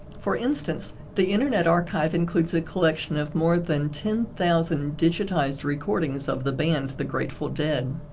for instance, the internet archive includes a collection of more than ten thousand digitized recordings of the band, the grateful dead,